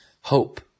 hope